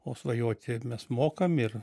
o svajoti mes mokam ir